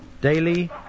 Daily